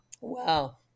Wow